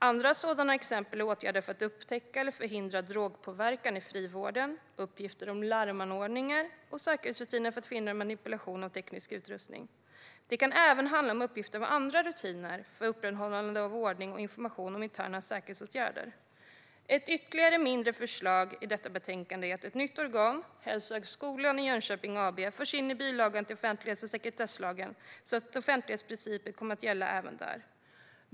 Andra sådana exempel är åtgärder för att upptäcka eller förhindra drogpåverkan i frivården och uppgifter om larmanordningar och säkerhetsrutiner för att förhindra manipulation av teknisk utrustning. Det kan även handla om uppgifter om andra rutiner för upprätthållande av ordning och information om interna säkerhetsåtgärder. Ett ytterligare, mindre förslag i detta betänkande är att ett nytt organ, Hälsohögskolan i Jönköping AB, förs in i bilagan till offentlighets och sekretesslagen så att offentlighetsprincipen kommer att gälla även där.